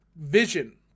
vision